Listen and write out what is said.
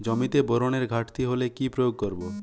জমিতে বোরনের ঘাটতি হলে কি প্রয়োগ করব?